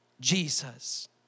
Jesus